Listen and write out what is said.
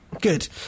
Good